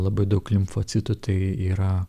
labai daug limfocitų tai yra